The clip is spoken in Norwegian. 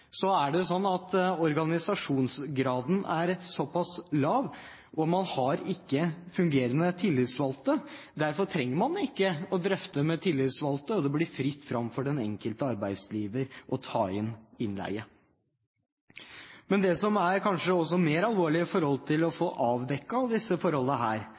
er det slik at organisasjonsgraden er såpass lav at man ikke har fungerende tillitsvalgte, og derfor trenger man ikke å drøfte med tillitsvalgte. Det blir fritt fram for den enkelte arbeidsgiver å ta inn innleide. Men det som kanskje er mer alvorlig for å få avdekket disse